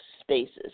spaces